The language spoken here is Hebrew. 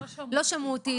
לא שמעו אותי,